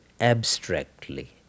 abstractly